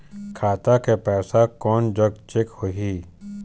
खाता के पैसा कोन जग चेक होही?